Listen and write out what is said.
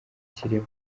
ikirimo